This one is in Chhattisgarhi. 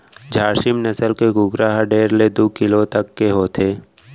झारसीम नसल के कुकरा ह डेढ़ ले दू किलो तक के होथे